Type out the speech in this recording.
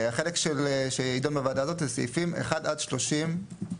החלק שיידון בוועדה הזאת זה סעיפים 1 עד 30 להצעה